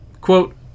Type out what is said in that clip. quote